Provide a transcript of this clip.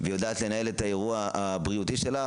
ויודעת לנהל את האירוע הבריאותי שלך.